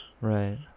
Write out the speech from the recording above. Right